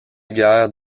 guerre